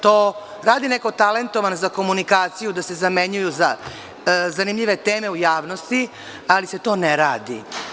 To radi neko talentovan za komunikaciju da se zamenjuju za zanimljive teme u javnosti, ali se to ne radi.